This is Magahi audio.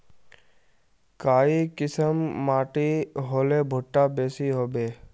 काई किसम माटी होले भुट्टा बेसी होबे?